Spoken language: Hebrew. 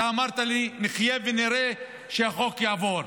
אתה אמרת לי: נחיה ונראה שהחוק יעבור.